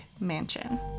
Mansion